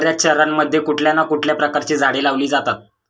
बर्याच शहरांमध्ये कुठल्या ना कुठल्या प्रकारची झाडे लावली जातात